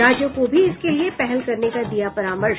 राज्यों को भी इसके लिये पहल करने का दिया परामर्श